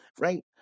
right